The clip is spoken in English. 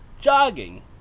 jogging